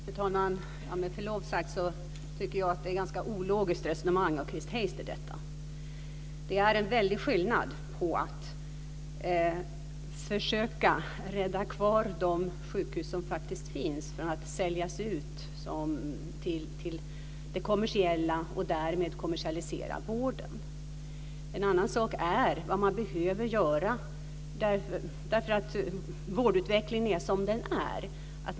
Fru talman! Jag tycker, med förlov sagt, att detta är ett ganska ologiskt resonemang av Chris Heister. Det handlar om att försöka rädda de sjukhus som faktiskt finns från att säljas ut till det kommersiella och därmed kommersialisera vården. En annan sak är vad man behöver göra därför att vårdutvecklingen är som den är.